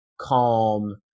calm